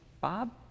Bob